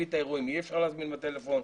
מרבית האירועים אי אפשר להזמין בטלפון,